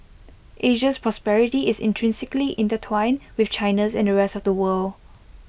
Asia's prosperity is intrinsically intertwined with China's and the rest of the world